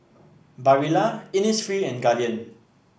Barilla Innisfree and Guardian